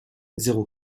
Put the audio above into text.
zéro